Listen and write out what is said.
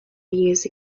years